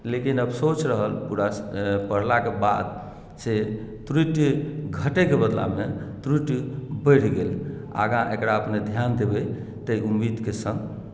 लेकिन अफसोस रहल पुरा पढ़लाकेँ बाद से त्रुटि घटैकेँ बदलामे त्रुटि बढ़ि गेल आगाँ एकरा अपने ध्यान देबै तै उम्मीदकेँ सङ्ग